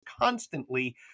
constantly